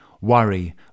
Worry